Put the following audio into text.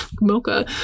mocha